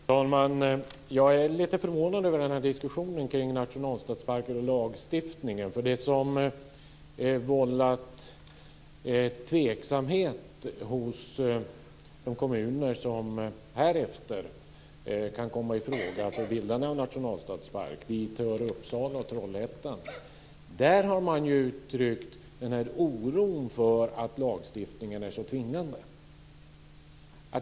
Fru talman! Jag är lite förvånad över diskussionen kring nationalstadsparker och lagstiftningen. Det som vållat tveksamhet hos de kommuner som härefter kan komma ifråga för bildande av nationalstadspark - dit hör Uppsala och Trollhättan - är oron för att lagstiftningen är så tvingande.